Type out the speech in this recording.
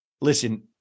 listen